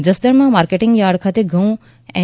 જસદણમાં marketing yard ખાતે ઘઉં N